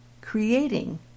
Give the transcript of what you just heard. creating